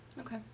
Okay